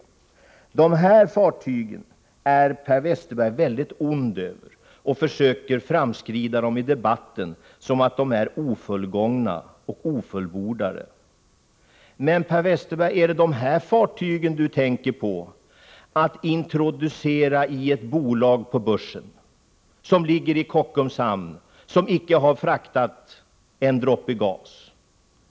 När det gäller dessa fartyg är Per Westerberg väldigt ond, och han försöker i debatten beskriva dem så, att de är ofullgångna och ofullbordade. Men är det dessa fartyg, Per Westerberg, som ni vill introducera i ett bolag på börsen — fartyg som ligger i Kockums hamn och som icke har fraktat en droppe gas?